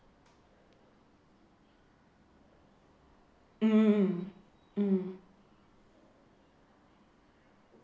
mm mm